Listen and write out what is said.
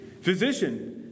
Physician